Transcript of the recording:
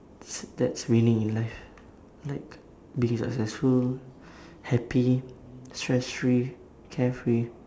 s~ that's winning in life like being successful happy stress free carefree